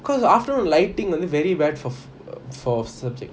cause afternoon lighting always very bad for fi~ err for subject